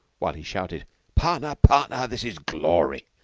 while he shouted partner! partner! this is glory!